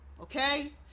Okay